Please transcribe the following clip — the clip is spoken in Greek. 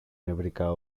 νευρικά